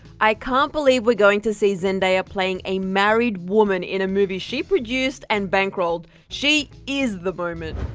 i can't believe we're going to see zendaya playing a married woman in a movie she produced and bankrolled. she is the moment.